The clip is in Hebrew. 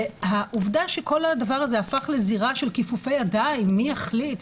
והעובדה שכל הדבר הזה הפך לזירה של כיפופי ידיים מי יחליט,